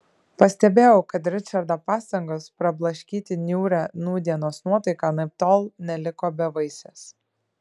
pastebėjau kad ričardo pastangos prablaškyti niūrią nūdienos nuotaiką anaiptol neliko bevaisės